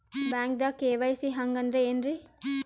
ಬ್ಯಾಂಕ್ದಾಗ ಕೆ.ವೈ.ಸಿ ಹಂಗ್ ಅಂದ್ರೆ ಏನ್ರೀ?